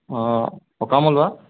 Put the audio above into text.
অঁ অকামলুৱা